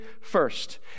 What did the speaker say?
first